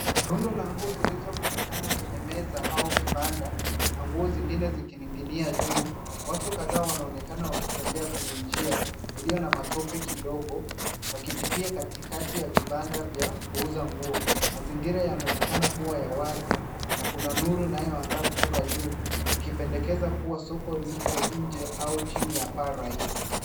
Rundo la nguo zilizo rundikana kwenye meza au vibanda na nguo zingine zikining'inia juu. Watu kadhaa wanaonekana wakitembea kwenye njia iliyona na matope kidogo wakipitia katikati ya vibanda vya kuuza nguo. Mazingira yanaonekana kuwa ya wazi na kuna nuru inayoangaa kutoka juu ikipendekeza kuwa soko liko nje au chini ya paa rahisi.